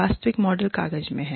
वास्तविक मॉडल कागज में है